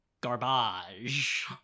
garbage